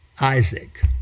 Isaac